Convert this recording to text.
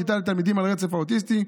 כיתה לתלמידים על הרצף האוטיסטי.